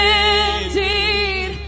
indeed